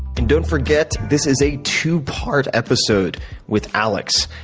and don't forget this is a two part episode with alex.